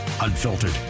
unfiltered